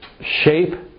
shape